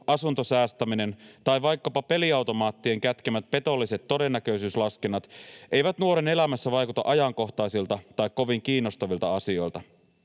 asuntosäästäminen tai vaikkapa peliautomaattien kätkemät petolliset todennäköisyyslaskennat eivät nuoren elämässä vaikuta ajankohtaisilta tai kovin kiinnostavilta asioilta.